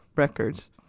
records